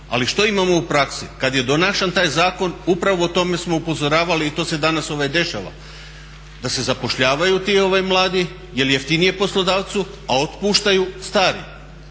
Ali što imamo u praksi? Kad je donašan taj zakon upravo o tome smo upozoravali i to se danas dešava da se zapošljavaju ti mladi jer je jeftinije poslodavcu, a otpuštaju stari,